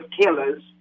killers